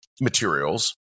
materials